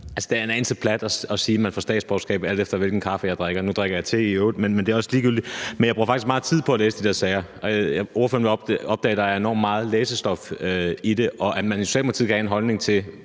er en anelse plat at sige, at man får statsborgerskab, alt efter hvilken kaffe jeg drikker – nu drikker jeg i øvrigt te, men det er også ligegyldigt. Men jeg bruger faktisk meget tid på at læse de der sager. Ordføreren vil opdage, at der er enormt meget læsestof i det. Og at man i Socialdemokratiet kan have en holdning til,